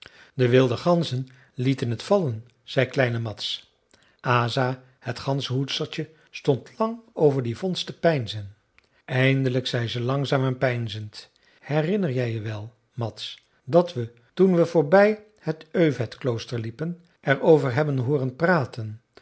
de wilde ganzen lieten het vallen zei kleine mads asa het ganzenhoedstertje stond lang over die vondst te peinzen eindelijk zei ze langzaam en peinzend herinner jij je wel mads dat we toen we voorbij t övedklooster liepen er over hebben hooren praten